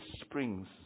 springs